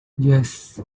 yes